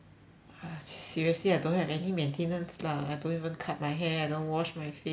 seriously I don't have any maintenance lah I don't even cut my hair I don't wash my face but the thing is